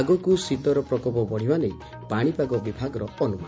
ଆଗକୁ ଶୀତର ପ୍ରକୋପ ବଢ଼ିବା ନେଇ ପାଶିପାଗ ବିଭାଗର ଅନୁମାନ